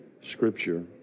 scripture